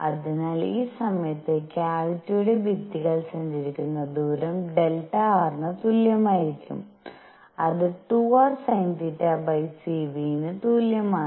അതിനാൽ ഈ സമയത്ത് ക്യാവിറ്റിയുടെ ഭിത്തികൾ സഞ്ചരിക്കുന്ന ദൂരം Δr ന് തുല്യമായിരിക്കും അത് 2rsinθc v ന് തുല്യമാണ്